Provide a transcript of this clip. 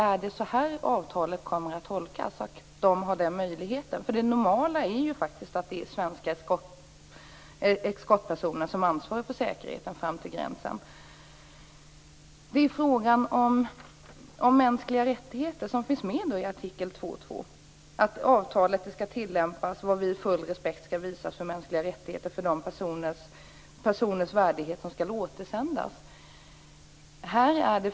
Är det så avtalet kommer att tolkas, alltså att de har den här möjligheten? Det normala är ju faktiskt att det är svenska eskortpersoner som ansvarar för säkerheten fram till gränsen. Det gäller också frågan om mänskliga rättigheter, som finns med i artikel 2.2. Avtalet skall tillämpas varvid full respekt skall visas för mänskliga rättigheter och för de personers värdighet som skall återsändas.